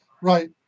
Right